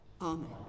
amen